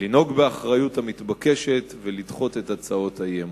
לנהוג באחריות המתבקשת ולדחות את הצעות האי-אמון.